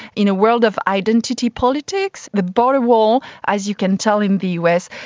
in a world of identity politics, the border wall, as you can tell in the us,